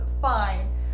fine